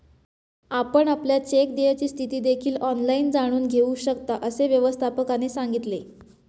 आपण आपल्या चेक देयची स्थिती देखील ऑनलाइन जाणून घेऊ शकता, असे व्यवस्थापकाने सांगितले